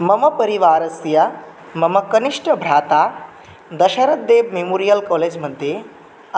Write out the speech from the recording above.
मम परिवारस्य मम कनिष्ठभ्राता दशरथदेव मेमोरियल् कोलेज् मध्ये